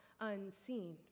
unseen